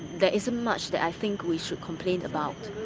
there isn't much that i think we should complain about.